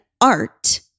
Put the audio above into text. art